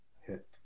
hit